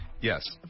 Yes